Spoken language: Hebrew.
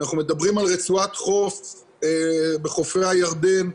אנחנו מדברים על רצועת חוף בחופי הירדן,